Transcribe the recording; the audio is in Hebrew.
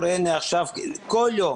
כל יום